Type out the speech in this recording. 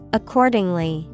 accordingly